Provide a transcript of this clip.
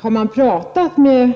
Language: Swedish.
Har man pratat med